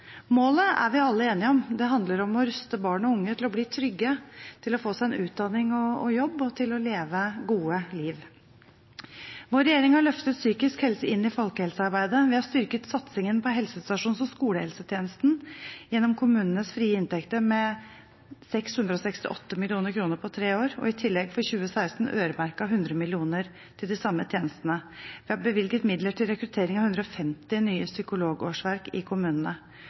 Målet er vi alle enige om. Det handler om å ruste barn og unge til å bli trygge, til å få seg en utdanning og jobb – og til å leve et godt liv. Vår regjering har løftet psykisk helse inn i folkehelsearbeidet, vi har styrket satsingen på helsestasjons- og skolehelsetjenesten gjennom kommunenes frie inntekter med 668 mill. kr på tre år og i tillegg for 2016 øremerket 100 mill. kr til de samme tjenestene. Vi har bevilget midler til rekruttering av 150 nye psykologårsverk i kommunene.